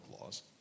laws